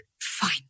fine